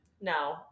No